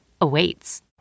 awaits